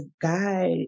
guide